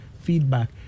feedback